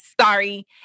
sorry